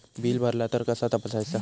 Bill भरला तर कसा तपसायचा?